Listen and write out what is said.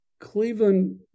Cleveland